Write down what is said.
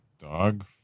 Dog